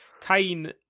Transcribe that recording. Kane